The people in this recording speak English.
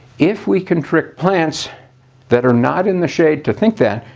if we can trick plants that are not in the shade to think that,